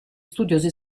studiosi